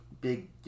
big